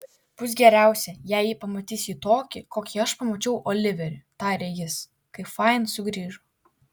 bus geriausia jei ji pamatys jį tokį kokį aš pamačiau oliverį tarė jis kai fain sugrįžo